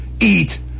eat